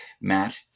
Matt